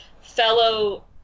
fellow